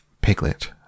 Piglet